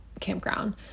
Campground